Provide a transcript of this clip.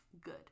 good